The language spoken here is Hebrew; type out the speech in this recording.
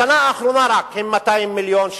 רק בשנה האחרונה, הוא 200 מיליון דולר.